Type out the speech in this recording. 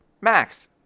Max